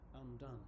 undone